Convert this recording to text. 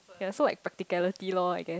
ya so like practicality lor I guess